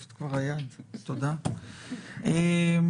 אכן.